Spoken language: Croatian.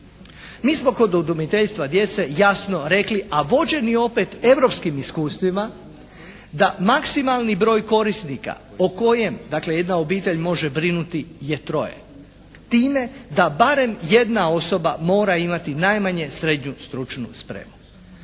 Mi smo kod udomiteljstva djeca jasno rekli, a vođeni opet europskim iskustvima da maksimalni broj korisnika o kojem dakle jedna obitelj može brinuti je troje. Time da barem jedna osoba mora imati najmanje srednju stručnu spremu.